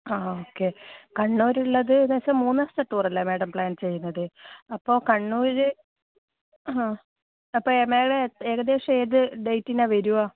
ആ ഓക്കെ കണ്ണൂരുള്ളത് ഏകദേശം മൂന്ന് ദിവസത്തെ ടൂർ അല്ലേ മാഡം പ്ലാൻ ചെയ്യുന്നത് അപ്പോൾ കണ്ണൂർ ആ അപ്പം ഏ മാഡം ഏകദേശം ഏത് ഡേറ്റിനാണ് വരുക